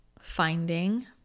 Finding